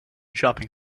shopping